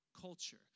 culture